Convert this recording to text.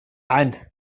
عنه